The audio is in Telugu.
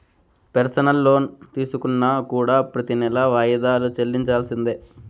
పెర్సనల్ లోన్ తీసుకున్నా కూడా ప్రెతి నెలా వాయిదాలు చెల్లించాల్సిందే